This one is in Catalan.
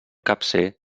capcer